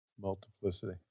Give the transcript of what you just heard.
Multiplicity